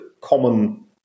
common